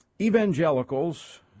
evangelicals